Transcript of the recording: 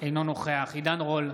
אינו נוכח עידן רול,